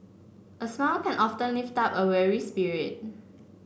a smile can often lift up a weary spirit